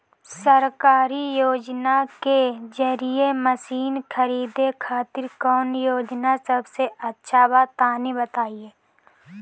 सरकारी योजना के जरिए मशीन खरीदे खातिर कौन योजना सबसे अच्छा बा तनि बताई?